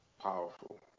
Powerful